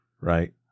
right